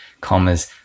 commas